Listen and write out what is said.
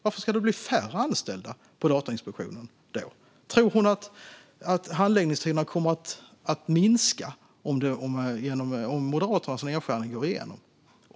Varför ska det då bli färre anställda på Datainspektionen? Tror hon att handläggningstiderna kommer att minska om Moderaternas nedskärning går igenom?